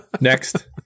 Next